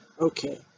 Okay